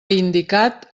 indicat